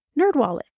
Nerdwallet